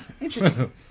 Interesting